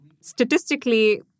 Statistically